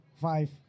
Five